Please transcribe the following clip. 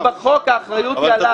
היום בחוק האחריות היא עלי.